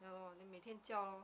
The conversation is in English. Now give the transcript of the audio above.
ya lor 那每天叫 lor